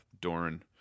Doran